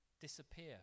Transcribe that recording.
disappear